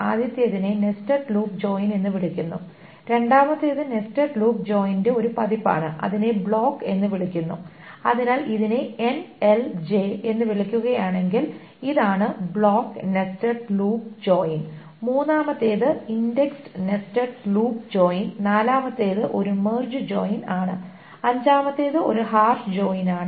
ആദ്യത്തേതിനെ nested loop join എന്ന് വിളിക്കുന്നു രണ്ടാമത്തേത് നെസ്റ്റഡ് ലൂപ്പ് ജോയിന്റെ ഒരു പതിപ്പാണ് അതിനെ ബ്ലോക്ക് എന്ന് വിളിക്കുന്നു അതിനാൽ ഇതിനെ എൻഎൽജെ എന്ന് വിളിക്കുകയാണെങ്കിൽ ഇതാണ് ബ്ലോക്ക് നെസ്റ്റഡ് ലൂപ്പ് ജോയിൻ മൂന്നാമത്തേത് ഇൻഡെക്സ്ഡ് നെസ്റ്റഡ് ലൂപ്പ് ജോയിൻ നാലാമത്തേത് ഒരു മെർജ് ജോയിൻ ആണ് അഞ്ചാമത്തേത് ഒരു ഹാഷ് ജോയിൻ ആണ്